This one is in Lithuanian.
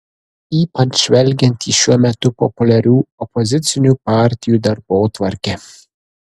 ypač žvelgiant į šiuo metu populiarių opozicinių partijų darbotvarkę